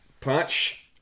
Patch